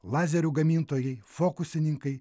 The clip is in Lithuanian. lazerių gamintojai fokusininkai